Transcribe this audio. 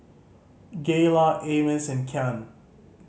Gayla Amos and Kyan